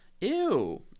Ew